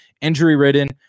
injury-ridden